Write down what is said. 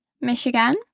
Michigan